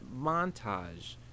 montage